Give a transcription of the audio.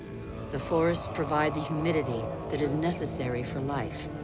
the forests provide the humidity that is necessary for life.